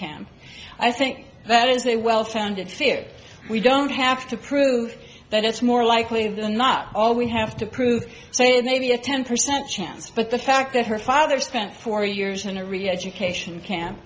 camp i think that is a well founded fear that we don't have to prove that it's more likely than not all we have to prove so maybe a ten percent chance but the fact that her father spent four years in a reeducation camp